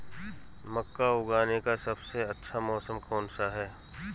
मक्का उगाने का सबसे अच्छा मौसम कौनसा है?